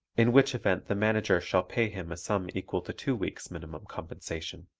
in which event the manager shall pay him a sum equal to two weeks' minimum compensation.